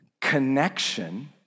connection